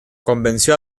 convenció